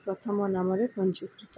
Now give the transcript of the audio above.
ପ୍ରଥମ ନାମରେ ପଞ୍ଜୀକୃତ